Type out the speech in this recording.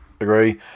Agree